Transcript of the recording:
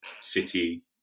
city